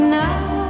now